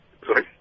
Sorry